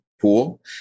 pool